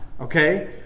okay